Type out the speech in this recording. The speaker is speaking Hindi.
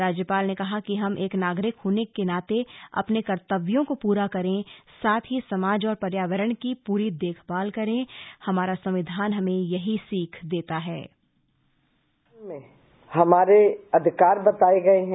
राज्यपाल ने कहा कि हम एक नागरिक होने के नाते अपने कर्तव्यों को पूरा करें साथ ही समाज और पर्यावरण की पूरी देखभाल करें हमारा संविधान हमें यही सीख देता है